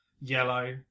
yellow